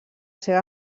seva